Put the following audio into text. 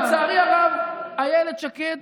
לצערי הרב, אילת שקד